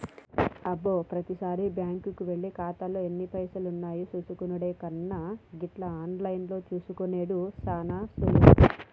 అబ్బో ప్రతిసారి బ్యాంకుకెళ్లి ఖాతాలో ఎన్ని పైసలున్నాయో చూసుకునెడు కన్నా గిట్ల ఆన్లైన్లో చూసుకునెడు సాన సులువు